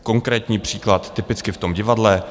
Konkrétní příklad typicky v tom divadle.